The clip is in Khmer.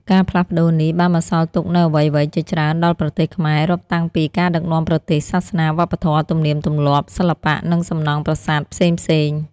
ការផ្លាស់ប្ដូរនេះ បានបន្សល់ទុកនូវអ្វីៗជាច្រើនដល់ប្រទេសខ្មែរ រាប់តាំងពី ការដឹកនាំប្រទេស សាសនា វប្បធម៌ ទំនៀមទម្លាប់ សិល្បៈ និងសំណង់ប្រាសាទផ្សេងៗ។